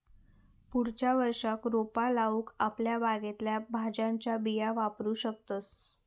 पुढच्या वर्षाक रोपा लाऊक आपल्या बागेतल्या भाज्यांच्या बिया वापरू शकतंस